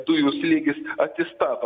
dujų slėgis atsistato